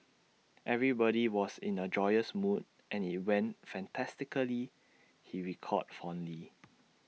everybody was in A joyous mood and IT went fantastically he recalled fondly